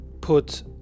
put